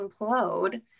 implode